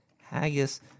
Haggis